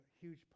huge